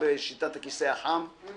רק